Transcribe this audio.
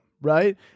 right